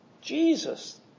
Jesus